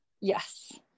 Yes